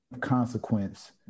consequence